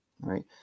right